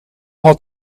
had